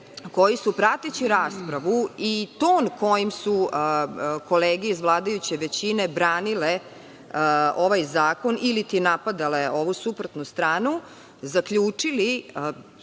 koji su prateći raspravu i ton kojim su kolege iz vladajuće većine branile ovaj zakon, ili napadale ovu suprotnu stranu, zaključili,